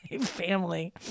family